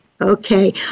Okay